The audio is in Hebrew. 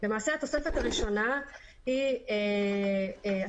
למעשה התוספת הראשונה היא התוספת